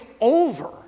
over